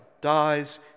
dies